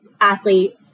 Athlete